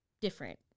different